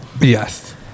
Yes